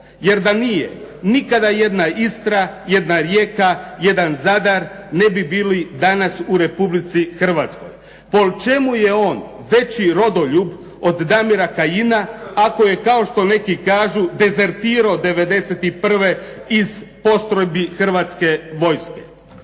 Jer da nije, nikada jedna Istra, jedna Rijeka, jedan Zadar ne bi bili danas u Republici Hrvatskoj. Po čemu je on veći rodoljub od Damira Kajina, ako je kao što neki kažu dezertirao '91. iz postrojbi Hrvatske vojske?